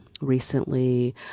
recently